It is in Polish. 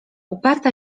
uparta